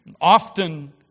Often